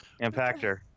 Impactor